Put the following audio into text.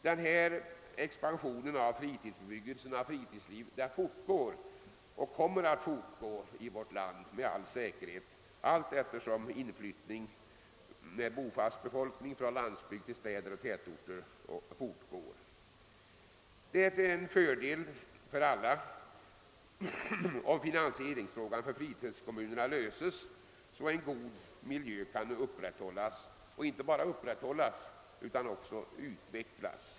Denna expansion av fritidsbebyggelsen och fritidslivet fortgår och kommer med all säkerhet att fortgå i vårt land allteftersom inflyttningen av bofast befolkning från landsbygd till städer och tätorter fortsätter. Det är till fördel för alla om finansieringsfrågan löses för fritidskommunerna så att en god miljö kan upprätthållas — och inte bara upprätthållas utan också utvecklas.